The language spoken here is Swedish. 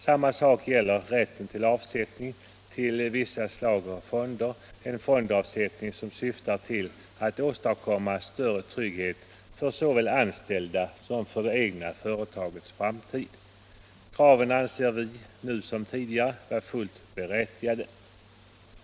Samma sak gäller kravet på rätt till avsättning till vissa slag av fonder, en fondavsättning som syftar till att åstadkomma större trygghet för såväl de anställda som det egna företaget. Kraven anser vi nu som tidigare vara fullt berättigade.